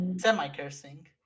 Semi-cursing